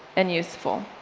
and useful.